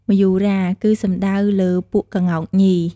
មយូរា គឺសំដៅលើពួកក្ងោកញី។